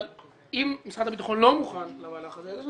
אבל אם משרד הביטחון לא מוכן למהלך הזה אז יש